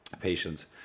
Patience